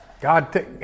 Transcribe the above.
God